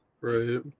Right